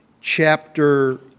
chapter